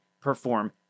perform